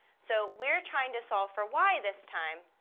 so we're trying to solve for y this time,